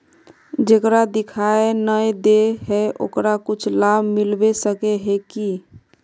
जेकरा दिखाय नय दे है ओकरा कुछ लाभ मिलबे सके है की?